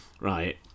right